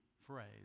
phrase